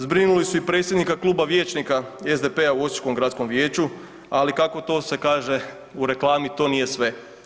Zbrinuli su i predsjednika Kluba vijećnika SDP-a u Osječkom gradskom vijeću ali kako to se kaže u reklami to nije sve.